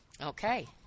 Okay